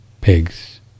pigs